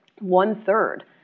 one-third